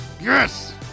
Yes